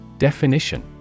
Definition